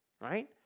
right